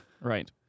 Right